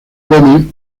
come